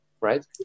right